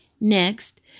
Next